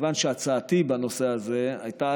מכיוון שהצעתי בנושא הזה הייתה,